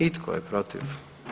I tko je protiv?